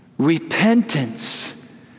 repentance